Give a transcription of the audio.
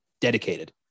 dedicated